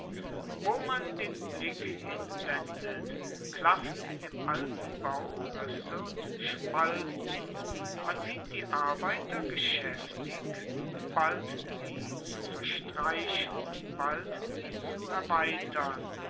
wo man den blick hinwendet klaffen in dem alten bau risse und spalten man sieht die arbeiter geschaeftig bald sie zu verstreichen bald sie zu erweitern